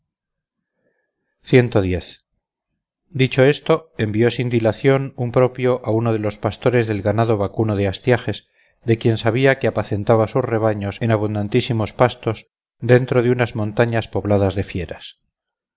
dicho esto envió sin dilación un propio a uno de los pastores del ganado vacuno de astiages de quien sabía que apacentaba sus rebaños en abundantísimos pastos dentro de unas montañas pobladas de fieras